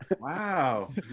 Wow